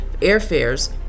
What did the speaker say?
airfares